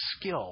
skill